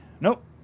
Nope